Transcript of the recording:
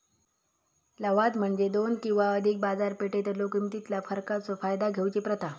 लवाद म्हणजे दोन किंवा अधिक बाजारपेठेतलो किमतीतला फरकाचो फायदा घेऊची प्रथा